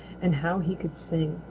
and how he could sing!